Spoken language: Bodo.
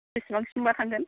बेसेबांसिमबा थांगोन